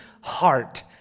heart